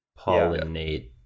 pollinate